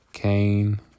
Cain